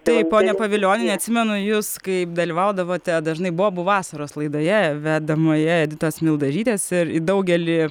taip ponia pavilioniene atsimenu jus kaip dalyvaudavote dažnai bobų vasaros laidoje vedamoje editos mildažytės ir į daugelį